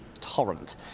torrent